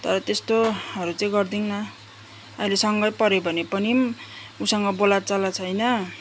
तर त्यस्तोहरू चाहिँ गर्दैनौँ अहिले सँगै पऱ्यो भने पनि उसँग बोलाचाला छैन